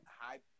high –